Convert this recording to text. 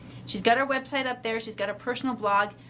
she's got our website up there, she's got a personal blog,